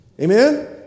Amen